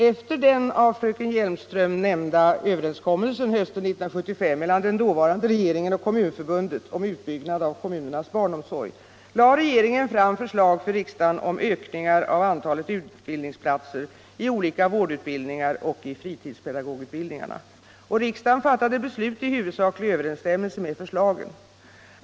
Efter den av fröken Hjelmström nämnda överenskommelsen hösten 1975 mellan den dåvarande regeringen och Kommunförbundet om utbyggnad av kommunernas barnomsorg lade regeringen fram förslag för riksdagen om en ökning av antalet utbildningsplatser i olika vårdutbildningar och i fritidspedagogutbildningarna. Riksdagen fattade beslut i huvudsaklig överensstämmelse med förslagen.